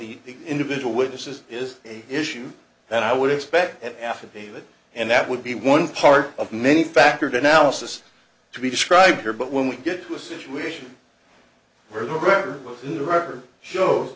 the individual witnesses is the issue then i would expect an affidavit and that would be one part of many factors analysis to be described here but when we get to a situation where the record